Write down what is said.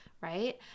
right